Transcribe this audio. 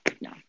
no